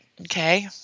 okay